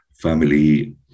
family